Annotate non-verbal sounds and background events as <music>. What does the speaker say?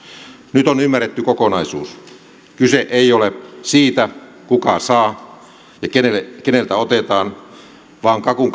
nyt on ymmärretty kokonaisuus kyse ei ole siitä kuka saa ja keneltä otetaan vaan kakun <unintelligible>